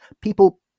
People